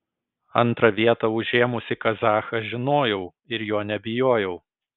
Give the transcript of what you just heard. antrą vietą užėmusį kazachą žinojau ir jo nebijojau